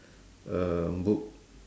um book